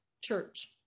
church